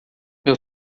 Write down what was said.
meu